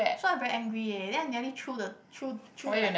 so I very angry ya and I nearly the threw threw like